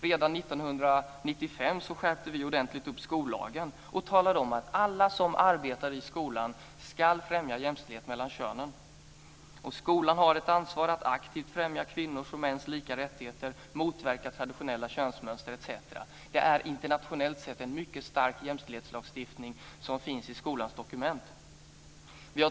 Redan 1995 skärpte vi skollagen och talade om att alla som arbetar i skolan ska främja jämställdhet mellan könen. Skolan har ett ansvar att aktivt främja kvinnors och mäns lika rättigheter, motverka traditionella könsmönster etc. Det är internationellt sett en mycket stark jämställdhetslagstiftning som finns i skolans dokument.